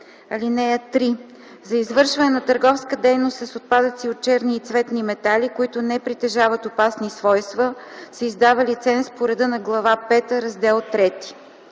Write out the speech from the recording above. (3) За извършване на търговска дейност с отпадъци от черни и цветни метали, които не притежават опасни свойства, се издава лиценз по реда на Глава пета, Раздел